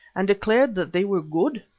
and declared that they were good.